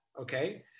Okay